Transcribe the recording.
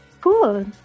Cool